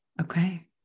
Okay